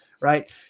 right